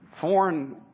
Foreign